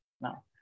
Now